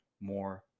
more